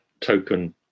token